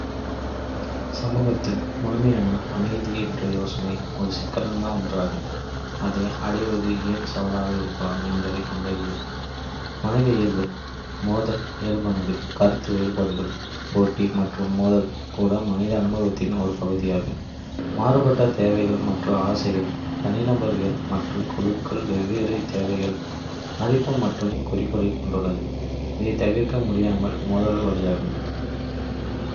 சமூகத்தில் "முழுமையான அமைதி" என்ற யோசனை ஒரு சிக்கலான ஒன்றாகும். அதை அடைவது ஏன் சவாலாக இருக்கலாம் என்பதற்கான முறிவு இங்கே: மனித இயல்பு: மோதல் இயல்பானது: கருத்து வேறுபாடுகள், போட்டி மற்றும் மோதல் கூட மனித அனுபவத்தின் ஒரு பகுதியாகும். மாறுபட்ட தேவைகள் மற்றும் ஆசைகள்: தனிநபர்கள் மற்றும் குழுக்கள் வெவ்வேறு தேவைகள், மதிப்புகள் மற்றும் குறிக்கோள்களைக் கொண்டுள்ளன, இது தவிர்க்க முடியாமல் மோதல்களுக்கு வழிவகுக்கும்.